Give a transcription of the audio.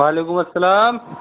وعلیکم السلام